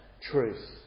truth